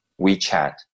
WeChat